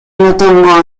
anotó